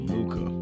Luca